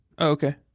okay